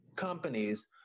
companies